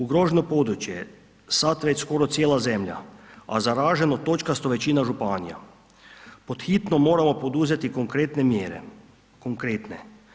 Ugroženo područje, sad već skoro cijela zemlja, a zaraženo točkasto većina županija pod hitno moramo poduzeti konkretne mjere, konkretne.